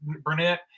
Burnett